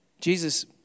Jesus